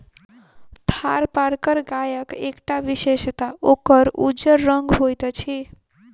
थारपारकर गायक एकटा विशेषता ओकर उज्जर रंग होइत अछि